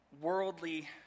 worldly